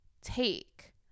take